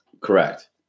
Correct